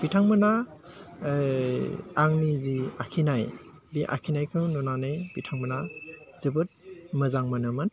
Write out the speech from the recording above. बिथांमोना आंनि जि आखिनाय बे आखिनायखौ नुनानै बिथांमोना जोबोद मोजां मोनोमोन